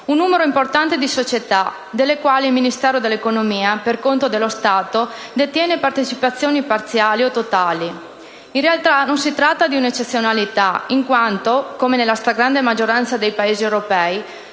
un numero importante di società di cui il Ministero dell'economia, per conto dello Stato, detiene partecipazioni parziali o totali. In realtà, non si tratta di un'eccezionalità in quanto, come nella stragrande maggioranza dei Paesi europei,